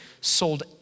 sold